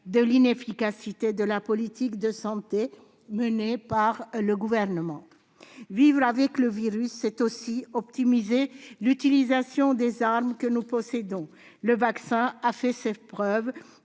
directe de la politique de santé menée par le Gouvernement, qui est inefficace. Vivre avec le virus, c'est aussi optimiser l'utilisation des armes que nous possédons. Le vaccin a fait ses preuves.